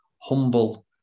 humble